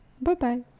Bye-bye